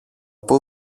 πού